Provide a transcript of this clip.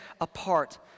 apart